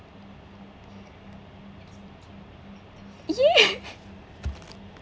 ya